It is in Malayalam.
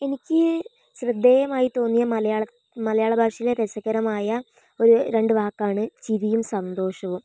എനിക്ക് ശ്രദ്ധേയമായി തോന്നിയ മലയാള മലയാള ഭാഷയിലെ രസകരമായ ഒരു രണ്ട് വാക്കാണ് ചിരിയും സന്തോഷവും